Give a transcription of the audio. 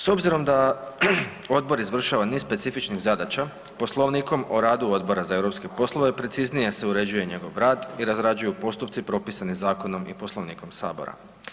S obzirom da odbor izvršava niz specifičnih zadaća, Poslovnikom o radu Odbora za europske poslove preciznije se uređuje njegov rad i razrađuju postupci propisani zakonom i Poslovnikom Sabora.